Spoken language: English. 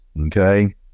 okay